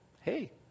hey